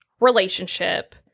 relationship